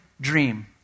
Dream